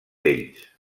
ells